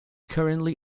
currently